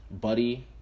Buddy